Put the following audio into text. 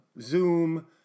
Zoom